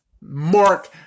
Mark